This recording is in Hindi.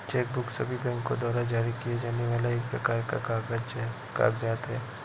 चेक बुक सभी बैंको द्वारा जारी किए जाने वाला एक प्रकार का कागज़ात है